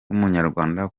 n’umunyarwanda